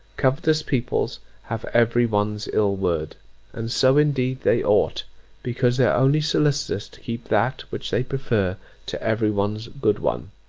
covetous people have every one's ill word and so indeed they ought because they are only solicitous to keep that which they prefer to every one's good one